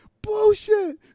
Bullshit